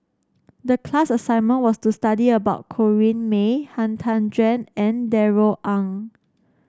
the class assignment was to study about Corrinne May Han Tan Juan and Darrell Ang